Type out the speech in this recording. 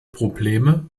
probleme